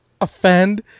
offend